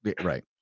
right